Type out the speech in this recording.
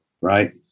right